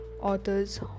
authors